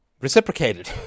reciprocated